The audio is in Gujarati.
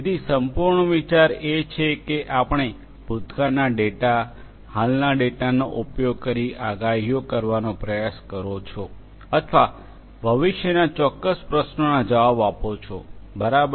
તેથી સંપૂર્ણ વિચાર એ છે કે આપણે ભૂતકાળના ડેટા હાલના ડેટાનો ઉપયોગ કરી આગાહીઓ કરવાનો પ્રયાસ કરો છો અથવા ભવિષ્યના ચોક્કસ પ્રશ્નોના જવાબ આપો છો બરાબર